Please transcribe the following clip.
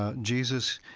ah jesus,